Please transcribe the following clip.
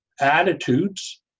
attitudes